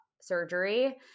surgery